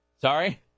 sorry